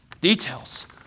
Details